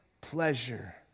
pleasure